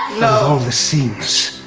all the seams.